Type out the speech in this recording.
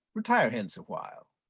retire hence awhile.